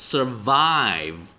Survive